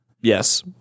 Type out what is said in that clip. Yes